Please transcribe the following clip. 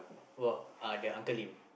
!wow! uh that Uncle-Lim